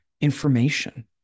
information